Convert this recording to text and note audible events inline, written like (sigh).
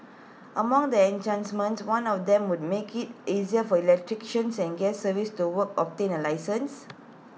among the (unintelligible) one of them would make IT easier for electricians and gas service to work obtain A licence